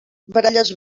baralles